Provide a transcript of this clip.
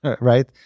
right